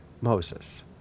Moses